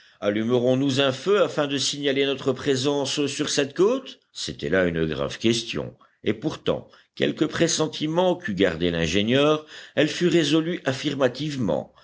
allumerons nous un feu afin de signaler notre présence sur cette côte c'était là une grave question et pourtant quelques pressentiments qu'eût gardés l'ingénieur elle fut résolue